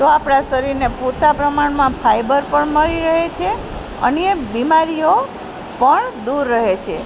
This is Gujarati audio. તો આપણાં શરીરને પૂરતાં પ્રમાણમાં ફાઈબર પણ મળી રહે છે અને બીમારીઓ પણ દૂર રહે છે